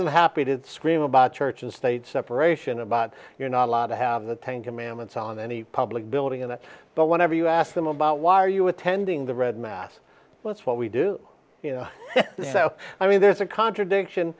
than happy to scream about church and state separation about you're not allowed to have the ten commandments on any public building and that but whenever you ask them about why are you attending the red mass that's what we do you know i mean there's a contradiction